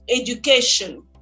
education